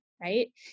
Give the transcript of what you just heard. right